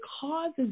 causes